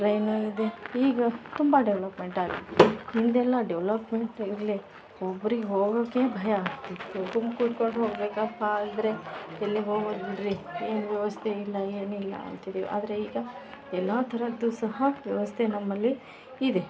train ಇದೆ ಈಗ ತುಂಬ ಡೆವ್ಲಪ್ಮೆಂಟ್ ಆಗಿ ಹಿಂದೆಲ್ಲ ಡೆವ್ಲಪ್ಮೆಂಟ್ ಇರಲಿ ಒಬ್ರಿಗೆ ಹೋಗೋಕೆ ಭಯ ಆಗ್ತಿತ್ತು ಗುಂಪು ಕುಡ್ಕೊಂಡು ಹೋಗ್ಬೇಕಪ್ಪ ಅಂದರೆ ಎಲ್ಲಿಗ್ಹೋಗೋದು ಬಿಡ್ರಿ ಏನು ವ್ಯವಸ್ಥೆ ಇಲ್ಲ ಏನಿಲ್ಲ ಅಂತಿದ್ವಿ ಆದರೆ ಈಗ ಎಲ್ಲಾಥರದ್ದು ಸಹ ವ್ಯವಸ್ಥೆ ನಮ್ಮಲ್ಲಿ ಇದೆ